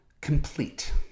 complete